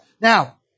Now